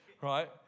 right